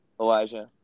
elijah